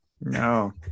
No